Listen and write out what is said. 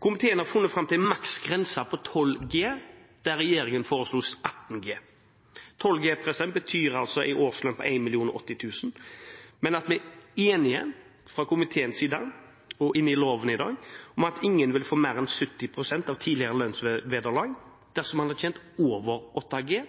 Komiteen har funnet fram til en maksgrense på 12 G, der regjeringen foreslo 18 G. 12 G betyr en årslønn på 1 080 000 kr, men vi er fra komiteens side enige om å ta inn i loven i dag at ingen vil få mer enn 70 pst. av tidligere lønnsvederlag dersom man har tjent over 8 G,